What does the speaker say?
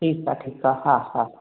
ठीकु आहे ठीकु आहे हा हा